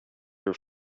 your